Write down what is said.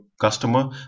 customer